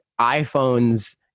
iPhones